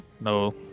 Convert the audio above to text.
No